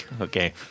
Okay